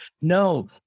no